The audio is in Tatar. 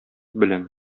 беләм